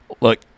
look